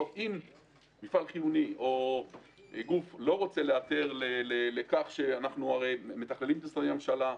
הרי אנחנו מתכללים את משרדי הממשלה,